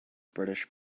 british